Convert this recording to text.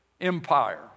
empire